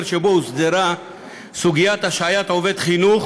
שהוסדרה בו סוגיית השעיית עובד חינוך